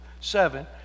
seven